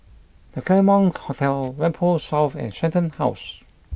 The Claremont Hotel Whampoa South and Shenton House